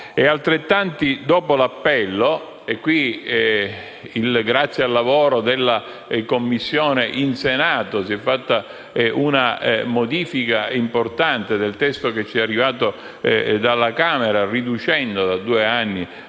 altrettanto dopo l'appello. A questo proposito, grazie al lavoro della Commissione, in Senato si è adottata una modifica importante del testo che ci è arrivato dalla Camera, riducendo da due anni a